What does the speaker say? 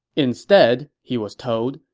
instead, he was told,